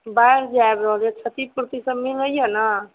बाढ़ि जे आबैया क्षतिपूर्ति सब मिलैया ने